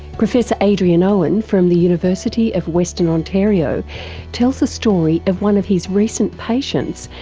professor adrian owen from the university of western ontario tells the story of one of his recent patients,